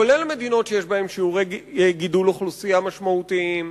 כולל מדינות שיש בהן שיעורי גידול אוכלוסייה משמעותיים,